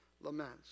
laments